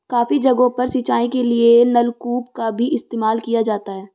काफी जगहों पर सिंचाई के लिए नलकूप का भी इस्तेमाल किया जाता है